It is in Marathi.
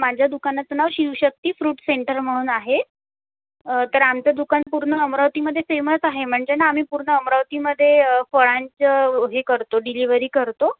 माझ्या दुकानाचं नाव शिवशक्ती फ्रूट सेंटर म्हणून आहे तर आमचं दुकान पूर्ण अमरावतीमध्ये फेमस आहे म्हणजे ना आम्ही पूर्ण अमरावतीमध्ये फळांचं हे करतो डिलिवरी करतो